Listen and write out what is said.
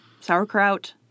sauerkraut